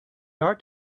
art